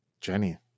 Jenny